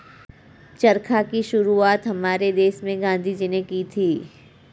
चरखा की शुरुआत हमारे देश में गांधी जी ने की थी